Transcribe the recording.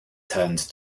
turned